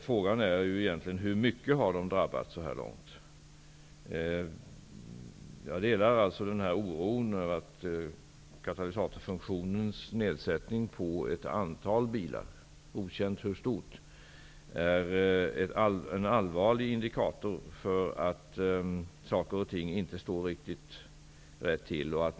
Frågan är egentligen hur mycket bilisterna så här långt har drabbats. Jag delar alltså oron över att katalysatorfunktionens nedsättning på ett antal bilar, okänt hur stort, är en allvarlig indikator på att saker och ting inte står riktigt rätt till.